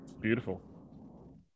beautiful